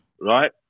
right